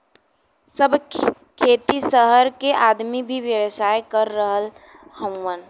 सब खेती सहर के आदमी भी व्यवसाय कर रहल हउवन